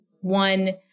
one